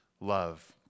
love